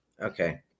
Okay